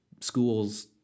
schools